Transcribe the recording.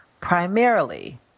Primarily